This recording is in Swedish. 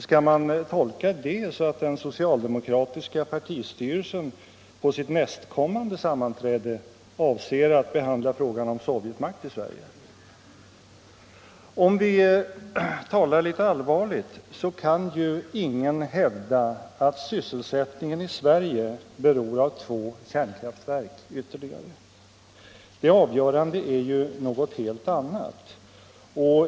Skall man tolka det så att den socialdemokratiska partistyrelsen på sitt nästkommande sammanträde avser att behandla frågan om sovjetmakt i Sverige? Om vi talar litet allvarligt kan ju ingen hävda att sysselsättningen i Sverige beror av ytterligare två kärnkraftverk. Det avgörande är något helt annat.